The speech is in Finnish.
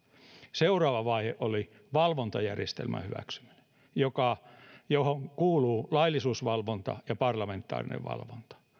seuraava vaihe oli valvontajärjestelmän hyväksyminen johon kuuluu laillisuusvalvonta ja parlamentaarinen valvonta